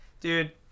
Dude